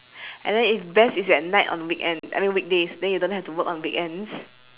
and then if best is at night on weekend I mean weekdays then you don't have to work on weekends